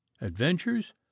adventures